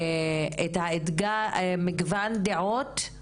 ואני חושבת מגוון דעות,